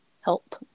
help